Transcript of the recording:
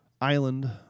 island